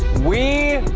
we